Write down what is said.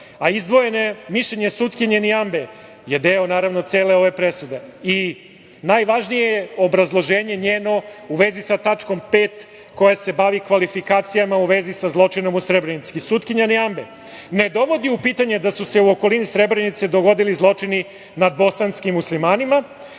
a izdvojeno mišljenje sutkinje Niambe je deo, naravno, cele ove presude. Najvažnije je obrazloženje njeno u vezi sa tačkom 5. koje se bavi kvalifikacijama u vezi sa zločinom u Srebrenici. Sutkinja Niambe ne dovodi u pitanje da se u okolini Srebrenice dogodili zločini nad bosanskim muslimanima,